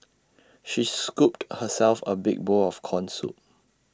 she scooped herself A big bowl of Corn Soup